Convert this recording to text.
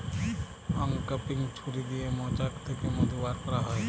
uncapping ছুরি দিয়ে মোচাক থ্যাকে মধু ব্যার ক্যারা হয়